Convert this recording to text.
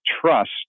trust